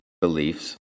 beliefs